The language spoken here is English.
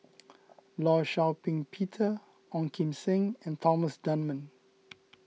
Law Shau Ping Peter Ong Kim Seng and Thomas Dunman